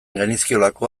genizkiolako